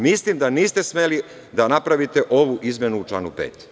Mislim da niste smeli da napravite ovu izmenu u članu 5.